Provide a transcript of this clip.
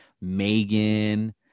megan